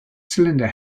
cylinder